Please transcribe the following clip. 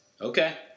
okay